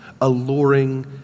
alluring